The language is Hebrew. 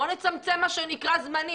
בוא נצמצם זמנים.